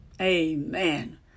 Amen